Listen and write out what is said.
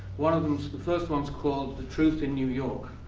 one of them the first one's called the truth in new york.